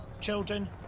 children